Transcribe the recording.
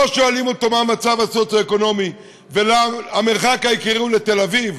לא שואלים אותו מה המצב הסוציו-אקונומי; המרחק העיקרי הוא לתל אביב,